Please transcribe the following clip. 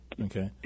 okay